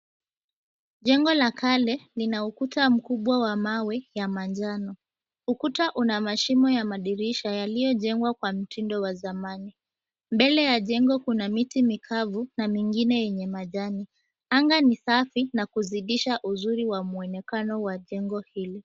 Jengo la kale, lina ukuta mkubwa wa mawe ya manjano. Ukuta una mashimo ya madirisha yaliyojengwa kwa mtindo wa zamani. Mbele ya jengo kuna miri mikavu na engine yenye majani. Anga ni safi na kuzidisha uzuri wa muonekano wa jengo hili.